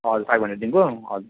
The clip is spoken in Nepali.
हजुर फाइभ हन्डेडदेखिको